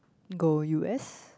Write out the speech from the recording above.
go U_S